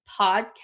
podcast